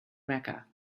mecca